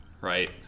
Right